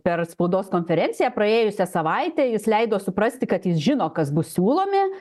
per spaudos konferenciją praėjusią savaitę jis leido suprasti kad jis žino kas bus siūlomi